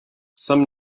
some